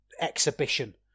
exhibition